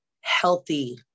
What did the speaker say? healthy